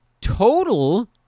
total